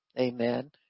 Amen